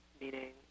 meaning